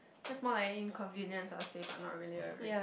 that's more like inconvenience I'll say but not really a risk